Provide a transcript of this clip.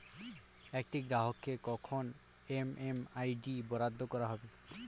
একটি গ্রাহককে কখন এম.এম.আই.ডি বরাদ্দ করা হবে?